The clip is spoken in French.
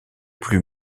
plus